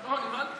לא, לא.